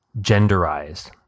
genderized